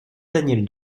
daniel